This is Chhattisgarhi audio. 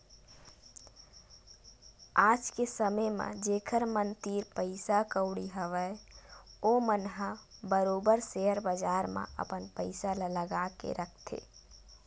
आज के समे म जेखर मन तीर पइसा कउड़ी हवय ओमन ह बरोबर सेयर बजार म अपन पइसा ल लगा के रखथे